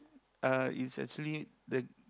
uh it's actually the